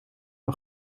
een